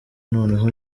noneho